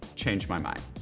change my mind.